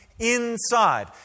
inside